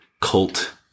cult